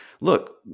Look